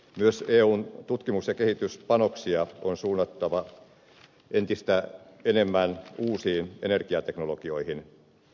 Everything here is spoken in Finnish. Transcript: myös eun tutkimus ja kehityspanoksia on suunnattava entistä enemmän uusiin energiateknologioihin